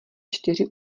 čtyři